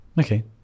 okay